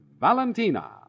Valentina